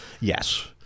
Yes